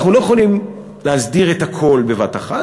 אנחנו לא יכולים להסדיר את הכול בבת-אחת,